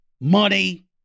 money